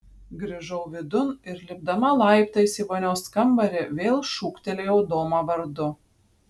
grįžau vidun ir lipdama laiptais į vonios kambarį vėl šūktelėjau domą vardu